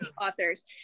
authors